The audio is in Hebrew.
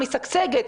משגשגת.